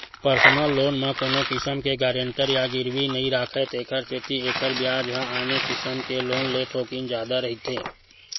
personal loan म कोनो किसम के गारंटर या गिरवी नइ राखय तेखर सेती एखर बियाज ह आने किसम के लोन ले थोकिन जादा रहिथे